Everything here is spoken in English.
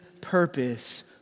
purpose